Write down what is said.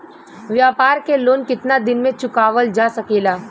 व्यापार के लोन कितना दिन मे चुकावल जा सकेला?